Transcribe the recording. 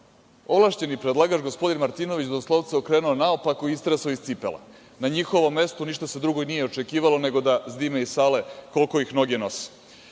ovlašćeni predlagač gospodin Martinović doslovce okrenuo naopako i istresao iz cipela. Na njihovom mestu ništa drugo se nije očekivalo nego da zdime iz sale koliko ih noge nose. Ja